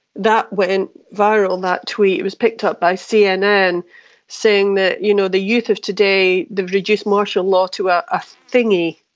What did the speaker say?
that went viral that tweet, it was picked up by and and saying that you know the youth of today, they've reduced martial law to a ah thingy.